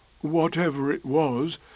whatever-it-was